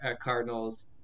Cardinals